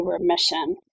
remission